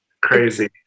crazy